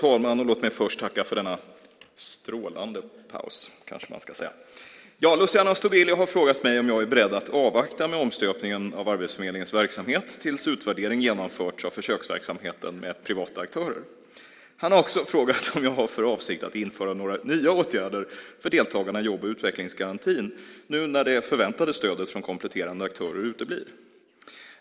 Herr talman! Luciano Astudillo har frågat mig om jag är beredd att avvakta med omstöpningen av Arbetsförmedlingens verksamhet tills utvärdering genomförts av försöksverksamheten med privata aktörer. Han har också frågat om jag har för avsikt att införa några nya åtgärder för deltagarna i jobb och utvecklingsgarantin nu när det förväntade stödet från kompletterande aktörer uteblir.